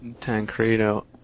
Tancredo